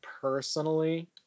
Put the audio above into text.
personally